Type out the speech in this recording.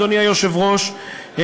אדוני היושב-ראש,